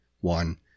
one